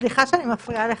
סליחה שאני מפריעה לך.